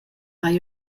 hai